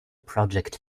project